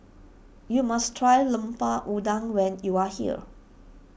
you must try Lemper Udang when you are here